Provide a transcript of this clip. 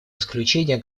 исключения